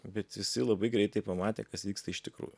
bet visi labai greitai pamatė kas vyksta iš tikrųjų